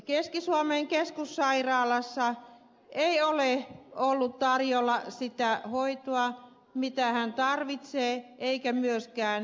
keski suomen keskussairaalassa ei ole ollut tarjolla sitä hoitoa mitä hän tarvitsee eikä myöskään yliopistosairaalassa